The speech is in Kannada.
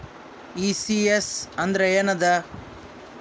ಈ.ಸಿ.ಎಸ್ ಅಂದ್ರ ಏನದ?